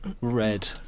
red